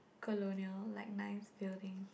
colonial like nice buildings